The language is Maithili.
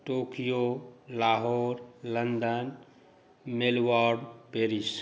Tokyo Lahore London Melbourne Paris